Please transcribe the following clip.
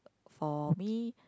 for me